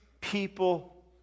people